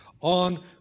On